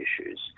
issues